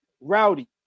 Rowdy